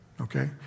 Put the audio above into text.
okay